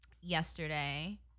yesterday